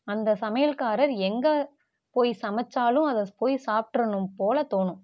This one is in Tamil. அந்த சமையல்காரர் எங்கே போய் சமைத்தாலும் அதை போய் சாப்பிட்றணும் போல் தோணும்